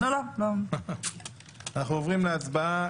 אנחנו עוברים להצבעה.